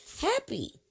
happy